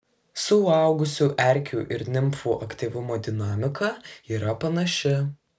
suaugusių erkių ir nimfų aktyvumo dinamika yra panaši